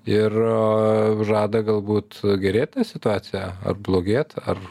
ir žada galbūt gerėti situacija ar blogėt ar